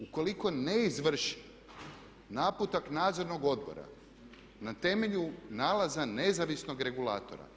Ukoliko ne izvrši naputak nadzornog odbora na temelju nalaza nezavisnog regulatora.